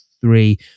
three